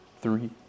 three